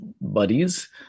buddies